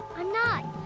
i'm not!